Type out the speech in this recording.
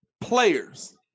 Players